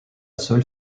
seule